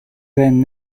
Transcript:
then